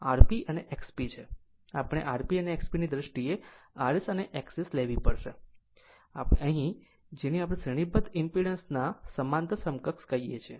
આપણે Rp અને XP ની દ્રષ્ટિએ rs અને XS લેવી પડશે આ તે અહીં છે જેને આપણે શ્રેણીબદ્ધ ઈમ્પીડન્સ ના સમાંતર સમકક્ષ કહીએ છીએ